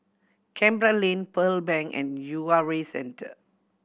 Canberra Lane Pearl Bank and U R A Center